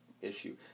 issue